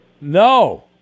No